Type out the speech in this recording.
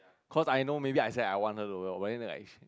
cause I know maybe I said I want her to go but then she